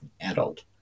adult